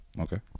Okay